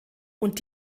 und